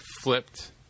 flipped